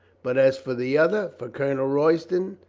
but as for the other, for colonel roy ston,